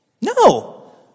No